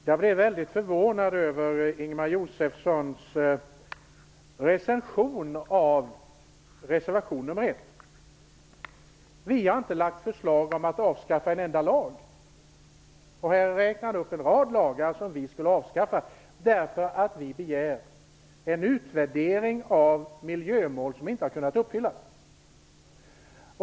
Herr talman! Jag blev väldigt förvånad över Ingemar Josefssons recension av reservation nr 1. Vi har inte lagt fram förslag om att avskaffa en enda lag. Ingemar Josefsson räknade upp en rad lagar som vi skulle vilja avskaffa bara därför att vi begär en utvärdering av miljömål som inte har kunnat uppfyllas.